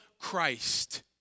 Christ